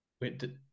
Wait